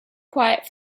quiet